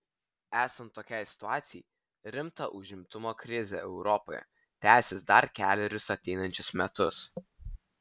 esant tokiai situacijai rimta užimtumo krizė europoje tęsis dar kelerius ateinančius metus